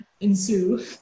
ensue